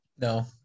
No